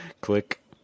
Click